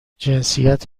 جنسیت